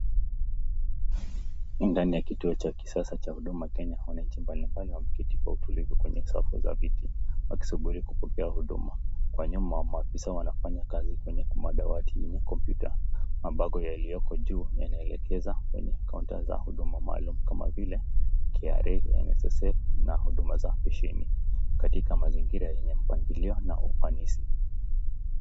Ndani ya kituo cha kisasa cha huduma ya wanachi Kenya. Watu wameketi kwa utulivu kwenye viti wakisubiri kupokea huduma. Kwa nyuma maafisa wanafanya kazi kwenye madawati yenye kumputa. Mabano yaliyoko juu yanaelekeza kwenye counter maalum kama vile KRA, NSSF na huduma za machine katika mazingira yenye mpangilio na ufanisi.